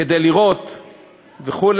כדי לראות וכו'